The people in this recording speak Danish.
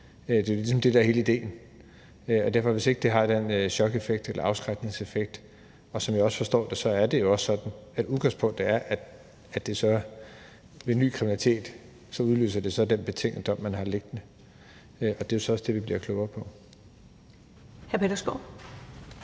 altså det handler jo om, at det har den afskrækningseffekt. Som jeg forstår det, er det jo også sådan, at udgangspunktet er, at ny kriminalitet udløser den betingede dom, man har liggende. Det er jo så også det, vi bliver klogere på.